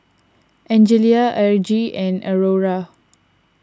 Angelia Argie and Aurora